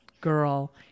girl